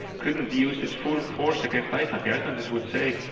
couldn't use its full force against iceland. the icelanders would say,